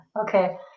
okay